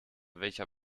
welcher